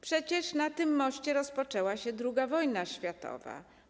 Przecież na tym moście rozpoczęła się II wojna światowa.